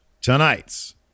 Tonight's